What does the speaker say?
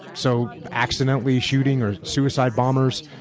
so accidentally shooting or suicide bombers.